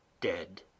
dead